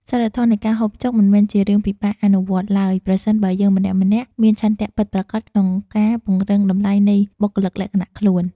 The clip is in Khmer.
សីលធម៌នៃការហូបចុកមិនមែនជារឿងពិបាកអនុវត្តឡើយប្រសិនបើយើងម្នាក់ៗមានឆន្ទៈពិតប្រាកដក្នុងការពង្រឹងតម្លៃនៃបុគ្គលិកលក្ខណៈខ្លួន។